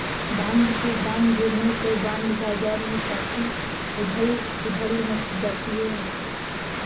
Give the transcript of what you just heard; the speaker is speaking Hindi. बॉन्ड के दाम गिरने पर बॉन्ड बाजार में काफी उथल पुथल मच जाती है